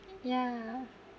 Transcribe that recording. yeah